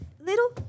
little